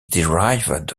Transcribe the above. derived